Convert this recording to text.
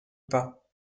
pas